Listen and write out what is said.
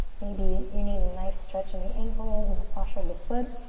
maybe you need a nice stretch in the ankles, in the fascia of the foot.